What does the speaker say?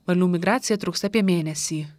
varlių migracija truks apie mėnesį